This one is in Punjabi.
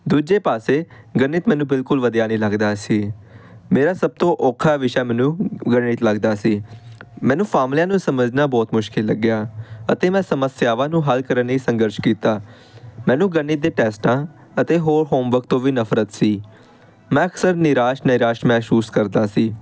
ਦੂਜੇ ਪਾਸੇ ਗਣਿਤ ਮੈਨੂੰ ਬਿਲਕੁਲ ਵਧੀਆ ਨਹੀਂ ਲੱਗਦਾ ਸੀ ਮੇਰਾ ਸਭ ਤੋਂ ਔਖਾ ਵਿਸ਼ਾ ਮੈਨੂੰ ਗਣਿਤ ਲੱਗਦਾ ਸੀ ਮੈਨੂੰ ਫਾਰਮੂਲਿਆਂ ਨੂੰ ਸਮਝਣਾ ਬਹੁਤ ਮੁਸ਼ਕਲ ਲੱਗਿਆ ਅਤੇ ਮੈਂ ਸਮੱਸਿਆਵਾਂ ਨੂੰ ਹੱਲ ਕਰਨ ਲਈ ਸੰਘਰਸ਼ ਕੀਤਾ ਮੈਨੂੰ ਗਣਿਤ ਦੇ ਟੈਸਟਾਂ ਅਤੇ ਹੋਰ ਹੋਮਵਰਕ ਤੋਂ ਵੀ ਨਫਰਤ ਸੀ ਮੈਂ ਅਕਸਰ ਨਿਰਾਸ਼ ਨਿਰਾਸ਼ ਮਹਿਸੂਸ ਕਰਦਾ ਸੀ